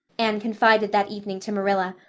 anne confided that evening to marilla,